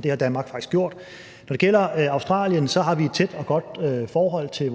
det har Danmark faktisk gjort. Når det gælder Australien, har vi et tæt og godt forhold til